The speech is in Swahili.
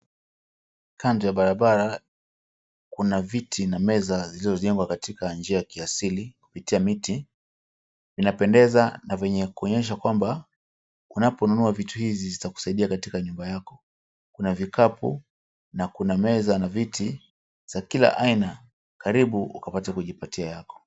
Kando ya barabara, kuna viti na meza zilizojengwa katika njia ya kiasili kupitia miti. Inapendeza na vyenye kuonyesha kwamba, unaponunua vitu hizi zitakusaidia katika nyumba yako. Kuna vikapu na kuna meza na viti za kila aina, karibu ukapate kujipatia yako.